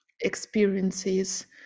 experiences